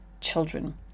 children